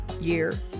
year